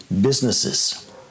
businesses